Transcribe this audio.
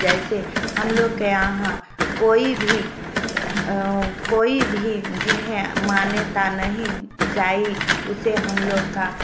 जैसे हम लोग के यहाँ कोई भी कोई भी जिन्हें मान्यता नहीं जाई उसे हम लोग